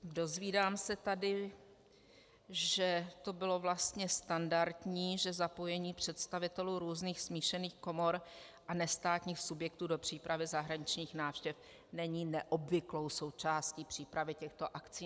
Dozvídám se tady, že to bylo vlastně standardní, že zapojení představitelů různých smíšených komor a nestátních subjektů do přípravy zahraničních návštěv není neobvyklou součástí přípravy těchto akcí.